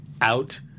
out